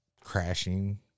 crashing